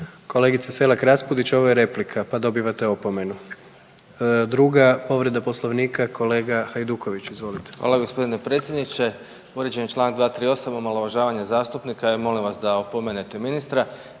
Kolegice Selak Raspudić ovo je replika, pa dobivate opomenu. Druga povreda Poslovnika, kolega Hajduković, izvolite. **Hajduković, Domagoj (Nezavisni)** Hvala gospodine predsjedniče. Povrijeđen je Članak 238., omalovažavanje zastupnika i molim vas da opomenete ministra.